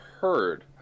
heard